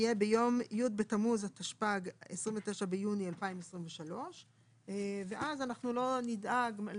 יהיה ביום י' בתמוז התשפ"ג (29 ביוני 2023). ואז אנחנו לא נדאג.